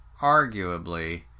arguably